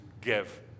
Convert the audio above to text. give